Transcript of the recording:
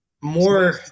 more